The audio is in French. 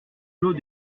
clos